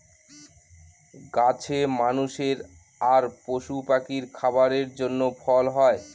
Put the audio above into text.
গাছে মানুষের আর পশু পাখির খাবারের জন্য ফল হয়